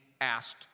asked